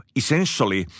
essentially